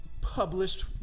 published